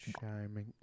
shining